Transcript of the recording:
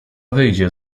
wyjdzie